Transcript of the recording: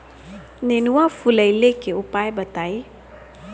नेनुआ फुलईले के उपाय बताईं?